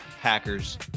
Hackers